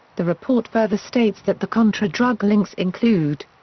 the report further states that the contra drug links include.